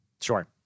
Sure